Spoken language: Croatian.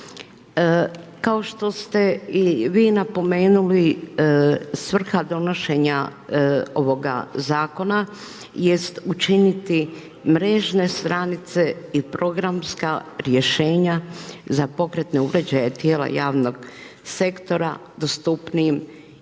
Kao što se i vi napomenuli, svrha donošenja ovoga zakona jest učiniti mrežne stranice i programska rješenja za pokretne uređaje tijela javnog sektora dostupnijim